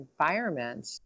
environment